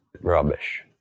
rubbish